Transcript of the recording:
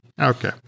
Okay